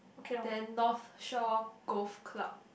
then North Shore Golf Club